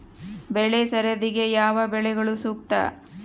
ಬೆಳೆ ಸರದಿಗೆ ಯಾವ ಬೆಳೆಗಳು ಸೂಕ್ತ?